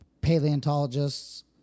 paleontologists